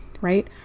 right